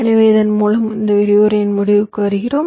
எனவே இதன் மூலம் இந்த விரிவுரையின் முடிவுக்கு வருகிறோம்